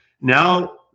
Now